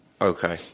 Okay